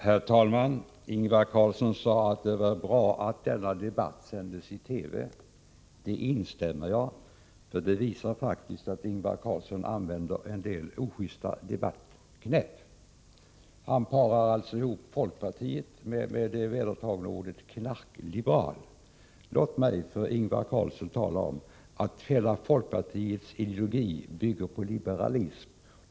Herr talman! Ingvar Carlsson sade att det är bra att denna debatt sänds i TV. Det instämmer jag i, för där framgår då att Ingvar Carlsson använder en del ojusta debattknep. Han parar ihop folkpartiet med det vedertagna ordet knarkliberal. Låt mig tala om för Ingvar Carlsson att folkpartiets hela ideologi bygger på liberalism.